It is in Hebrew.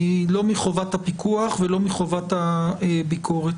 לא מחובת הפיקוח ולא מחובת הביקורת.